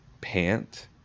pant